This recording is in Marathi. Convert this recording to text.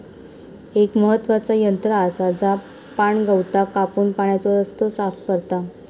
एक महत्त्वाचा यंत्र आसा जा पाणगवताक कापून पाण्याचो रस्तो साफ करता